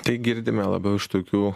tai girdime labiau iš tokių